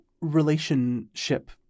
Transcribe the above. relationship